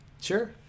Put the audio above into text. sure